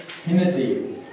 Timothy